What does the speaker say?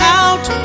out